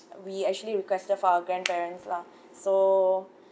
we actually requested for our grandparents lah so